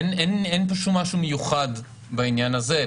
אין משהו מיוחד בעניין הזה.